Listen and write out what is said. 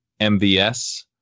MVS